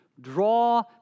draw